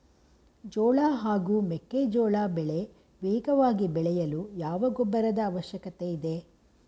ಜೋಳ ಹಾಗೂ ಮೆಕ್ಕೆಜೋಳ ಬೆಳೆ ವೇಗವಾಗಿ ಬೆಳೆಯಲು ಯಾವ ಗೊಬ್ಬರದ ಅವಶ್ಯಕತೆ ಇದೆ?